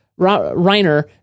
reiner